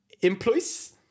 Employees